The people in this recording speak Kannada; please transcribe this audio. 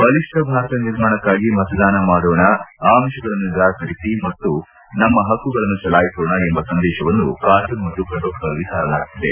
ಬಲಿಷ್ಠ ಭಾರತ ನಿರ್ಮಾಣಕ್ಕಾಗಿ ಮತದಾನ ಮಾಡೋಣ ಆಮಿಷಗಳನ್ನು ನಿರಾಕರಿಸಿ ನಮ್ಮ ಪಕ್ಕುಗಳನ್ನು ಚಲಾಯಿಸೋಣ ಎಂಬ ಸಂದೇಶವನ್ನು ಕಾರ್ಟೂನ್ ಮತ್ತು ಕಟೌಟ್ಗಳಲ್ಲಿ ಸಾರಲಾಗುತ್ತಿದೆ